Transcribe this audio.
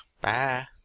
Bye